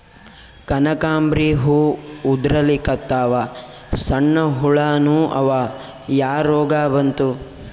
ಕನಕಾಂಬ್ರಿ ಹೂ ಉದ್ರಲಿಕತ್ತಾವ, ಸಣ್ಣ ಹುಳಾನೂ ಅವಾ, ಯಾ ರೋಗಾ ಬಂತು?